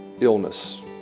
illness